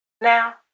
Now